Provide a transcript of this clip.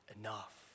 enough